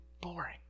boring